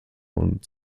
und